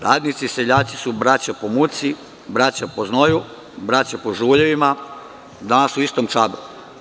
Radnici seljaci su braća po muci, braća po znoju, braća po žuljevima, danas u istom čabru.